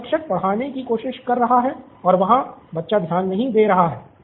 यहाँ शिक्षक पढ़ाने की कोशिश कर रहा है और वहाँ बच्चा ध्यान नहीं दे रहा है